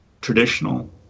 traditional